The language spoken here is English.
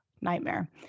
Nightmare